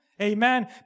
Amen